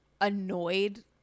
annoyed